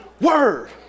word